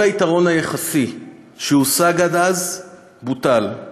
כל היתרון היחסי שהושג עד אז בוטל.